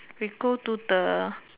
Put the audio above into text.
we go to the